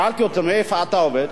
שאלתי אותו: איפה אתה עובד?